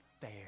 fair